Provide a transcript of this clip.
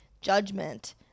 judgment